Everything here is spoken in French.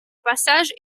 passage